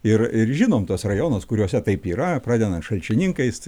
ir ir žinom tuos rajonus kuriuose taip yra pradedant šalčininkais